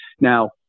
Now